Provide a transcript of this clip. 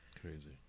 Crazy